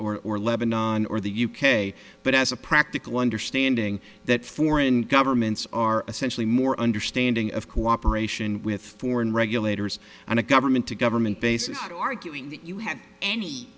or or lebanon or the u k but as a practical understanding that foreign governments are essentially more understanding of cooperation with foreign regulators and a government to government basically arguing that you have any